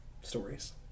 stories